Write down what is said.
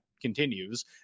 continues